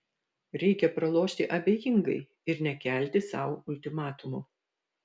reikia pralošti abejingai ir nekelti sau ultimatumų